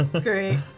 Great